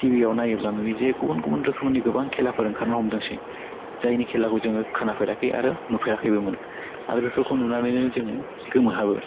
टिभियाव नायोब्ला नुयोजे गुबुन गुबुन रोखोमनि गोबां खेलाफोर ओंखारनो हमदोंसै जायनि खेलाखौ जोङो खोनाफेराखै आरो नुफेराखैबोमोन आरो बेफोरखौ नुनानैनो जोङो गोमो हाबो